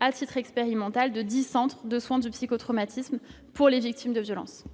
à titre expérimental, de dix centres de soins de psychotraumatismes pour les victimes de violences.